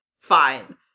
fine